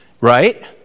Right